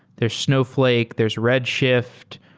there's snowfl ake, there's red shift.